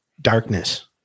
darkness